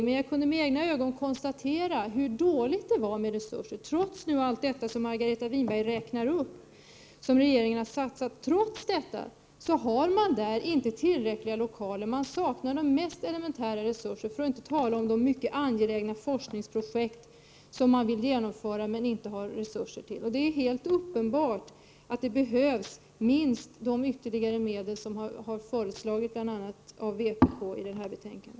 Men jag kunde med egna ögon se hur dåliga resurser man hade — trots alla de satsningar från regeringens sida som Margareta Winberg här räknar upp. Man har inte tillräckligt med lokaler och de mest elementära resurser saknas — för att inte tala om det mycket angelägna forskningsprojekt som man vill genomföra men som det saknas resurser för. Det är helt uppenbart att det behövs minst de ytterligare medel som har föreslagits bl.a. av vpk, som framgår av detta betänkande.